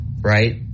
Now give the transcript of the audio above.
right